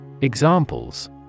Examples